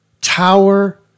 Tower